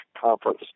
conference